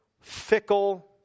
fickle